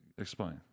Explain